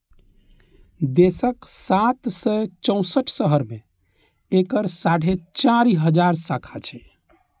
देशक सात सय चौंसठ शहर मे एकर साढ़े चारि हजार शाखा छै